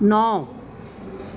ਨੌ